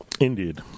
Indeed